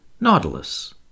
Nautilus